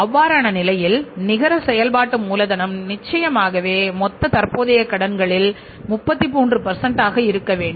அவ்வாறான நிலையில் நிகர செயல்பாட்டு மூலதனம் நிச்சயமாக மொத்த தற்போதைய கடன்களில் 33 ஆக இருக்க வேண்டும்